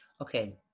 Okay